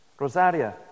Rosaria